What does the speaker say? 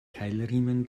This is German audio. keilriemen